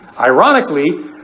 Ironically